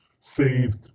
saved